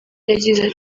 yagize